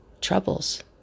troubles